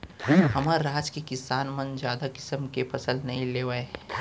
हमर राज के किसान मन जादा किसम के फसल नइ लेवय